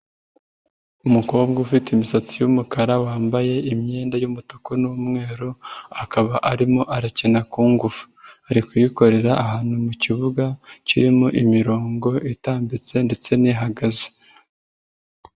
Umukobwa ufite imisatsi y'umukara wambaye imyenda y'umutuku n'umweru akaba arimo arakina ku ngufu, arikuyikorera ahantu mu kibuga kirimo imirongo itambitse ndetse n'ihagaze.